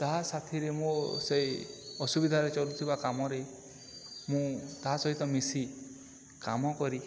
ତାହା ସାଥିରେ ମୋ ସେହି ଅସୁବିଧାରେ ଚଳୁଥିବା କାମରେ ମୁଁ ତାହା ସହିତ ମିଶି କାମ କରି